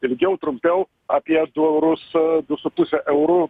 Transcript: ilgiau trumpiau apiedu eurus du su puse eurų